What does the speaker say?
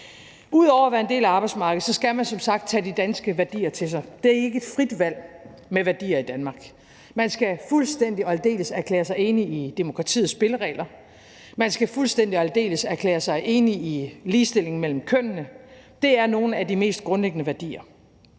Ud over at være en del af arbejdsmarkedet skal man som sagt tage de danske værdier til sig. Der er ikke frit valg med hensyn til værdier i Danmark. Man skal fuldstændig og aldeles erklære sig enig i demokratiets spilleregler. Man skal fuldstændig og aldeles erklære sig enig i ligestillingen mellem kønnene. Det er nogle af de mest grundlæggende værdier.